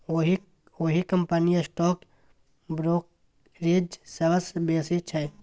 ओहि कंपनीक stock brokerage सबसँ बेसी छै